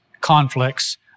conflicts